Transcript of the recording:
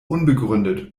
unbegründet